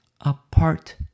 apart